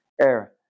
air